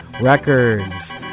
Records